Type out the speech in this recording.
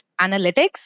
analytics